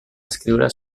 escriure